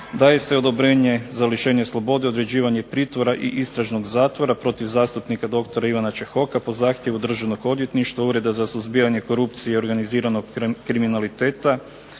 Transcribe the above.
Daje se odobrenje za lišenje slobode i određivanje pritvora i istražnog zatvora protiv zastupnika doktora Ivana Čehoka po zahtjevu Državnog odvjetništva Ureda za suzbijanje korupcije i organiziranog kriminaliteta,